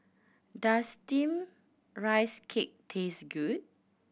does Steamed Rice Cake taste good